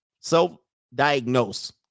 Self-diagnose